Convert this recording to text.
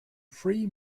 three